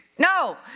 No